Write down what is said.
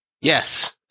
Yes